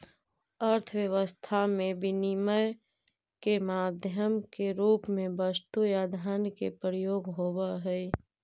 अर्थव्यवस्था में विनिमय के माध्यम के रूप में वस्तु या धन के प्रयोग होवऽ हई